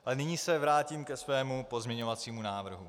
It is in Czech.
Ale nyní se vrátím ke svému pozměňovacímu návrhu.